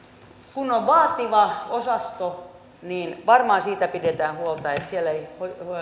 kun on vaativa osasto niin varmaan siitä pidetään huolta että siellä ei